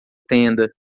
tenda